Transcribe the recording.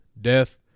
death